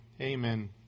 Amen